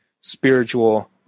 spiritual